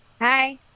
Hi